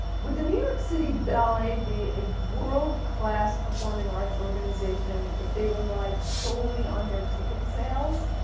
would the new york city ballet be a world class performing arts organization if they relied solely on their ticket sales?